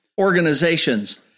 organizations